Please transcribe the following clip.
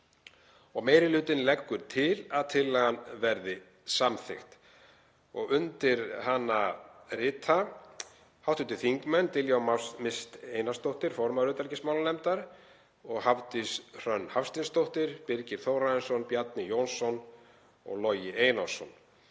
Meiri hlutinn leggur til að tillagan verði samþykkt og undir hana rita hv. þingmenn Diljá Mist Einarsdóttir, formaður utanríkismálanefndar, Hafdís Hrönn Hafsteinsdóttir, Birgir Þórarinsson, Bjarni Jónsson og Logi Einarsson.